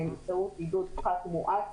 באמצעות עידוד פחת מואץ.